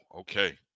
okay